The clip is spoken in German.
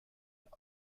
denn